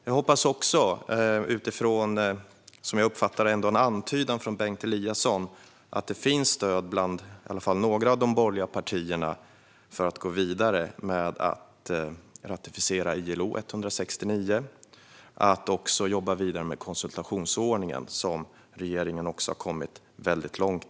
Jag hoppas också, utifrån vad jag uppfattar som en antydan av Bengt Eliasson, att det finns stöd hos åtminstone några av de borgerliga partierna för att gå vidare med att ratificera ILO 169 och att också jobba vidare med konsultationsordningen, där regeringen också har kommit väldigt långt.